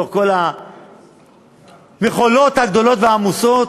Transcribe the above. מכל המכולות הגדולות והעמוסות,